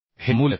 हे मूल्य 454